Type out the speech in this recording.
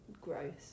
gross